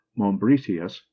Mombritius